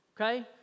Okay